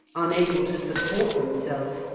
unable to support themselves,